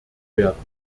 werden